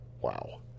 Wow